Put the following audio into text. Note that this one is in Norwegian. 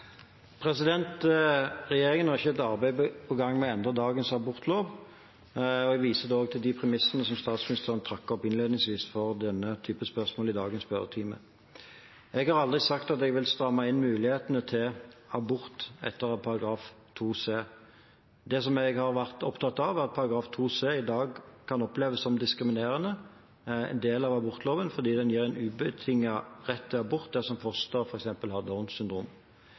Regjeringen har ikke et arbeid på gang med å endre dagens abortlov. Jeg viser til de premissene som statsministeren trakk fram innledningsvis for denne typen spørsmål i dagens spørretime. Jeg har aldri sagt at jeg vil stramme inn mulighetene til abort etter § 2c. Det jeg har vært opptatt av, er at § 2c i dag kan oppleves som en diskriminerende del av abortloven fordi den gir en ubetinget rett til abort dersom fosteret f.eks. har Downs syndrom.